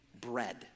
bread